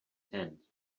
tent